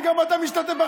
חבר הכנסת אזולאי.